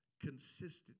consistency